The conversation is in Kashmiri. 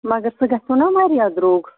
مگر سُہ گژھیو نَہ واریاہ درٛوگ